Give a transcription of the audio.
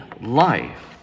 life